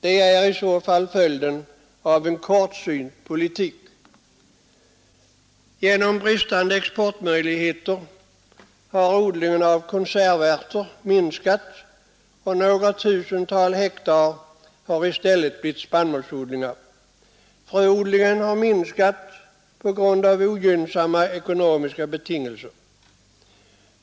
Det är i så fall följden av en kortsynt politik. På grund av bristande exportmöjligheter har odlingen av konservärter minskat, och några tusental hektar har i stället blivit spannmålsodlingar. Fröodlingen har minskat på grund av ogynnsamma ekonomiska betingelser.